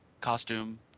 costume